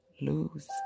lose